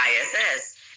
ISS